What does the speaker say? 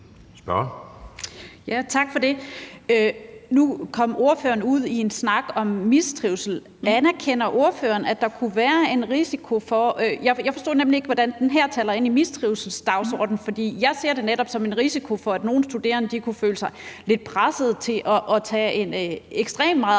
Tak. Nu kom ordføreren ud i en snak om mistrivsel. Jeg forstod nemlig ikke, hvordan det her taler ind i mistrivselsdagsordenen, for jeg ser det netop som en risiko for, at nogle studerende kunne føle sig presset til at tage ekstremt